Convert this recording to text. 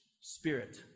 spirit